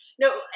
no